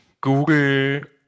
Google